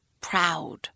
Proud